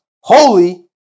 holy